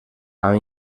amb